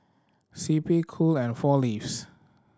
C P Cool and Four Leaves